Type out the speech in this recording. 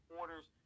orders